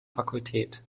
fakultät